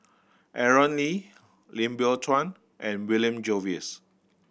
Aaron Lee Lim Biow Chuan and William Jervois